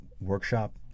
Workshop